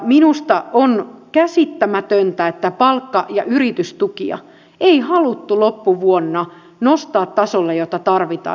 minusta on käsittämätöntä että palkka ja yritystukia ei haluttu loppuvuonna nostaa tasolle jota tarvitaan